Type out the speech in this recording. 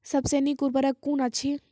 सबसे नीक उर्वरक कून अछि?